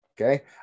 Okay